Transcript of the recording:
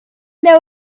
there